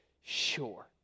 sure